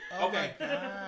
Okay